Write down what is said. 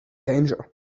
danger